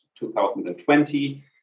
2020